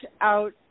out –